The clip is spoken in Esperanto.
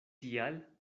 tial